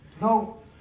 No